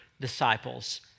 disciples